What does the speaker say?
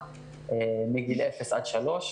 מגיל אפס עד שלוש.